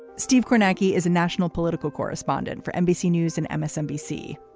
steve kolonaki is a national political correspondent for nbc news and msnbc.